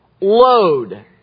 load